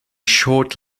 short